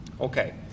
Okay